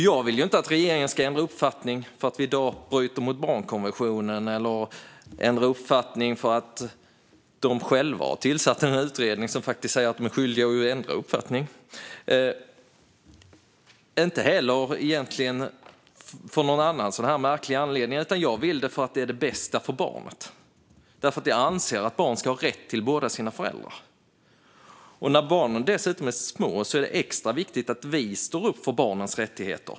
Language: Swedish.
Jag vill inte att regeringen ska ändra uppfattning för att vi i Sverige i dag bryter mot barnkonventionen, för att regeringen själv har tillsatt en utredning som faktiskt säger att regeringen är skyldig att ändra uppfattning eller av någon annan märklig anledning. Jag vill detta för att det är det bästa för barnet, eftersom jag anser att barn ska ha rätt till båda sina föräldrar. När barnen är små är det extra viktigt att vi står upp för barnens rättigheter.